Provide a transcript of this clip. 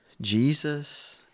Jesus